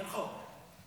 כי אין חוק.